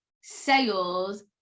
sales